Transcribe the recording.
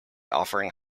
offering